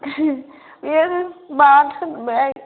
बे मा होनो मोनलाय